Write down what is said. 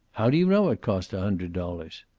how do you know it cost a hundred dollars?